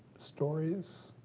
stories,